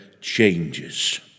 changes